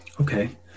okay